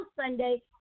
Sunday